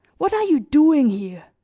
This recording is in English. what are you doing here?